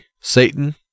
Satan